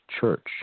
Church